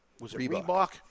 Reebok